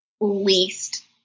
least